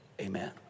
amen